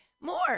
more